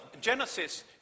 Genesis